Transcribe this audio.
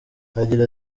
agira